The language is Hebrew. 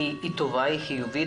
היא טובה וחיובית.